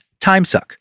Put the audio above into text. timesuck